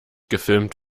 gefilmt